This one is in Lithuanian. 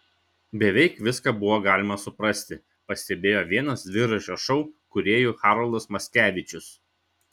beveik viską buvo galima suprasti pastebėjo vienas dviračio šou kūrėjų haroldas mackevičius